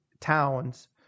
Towns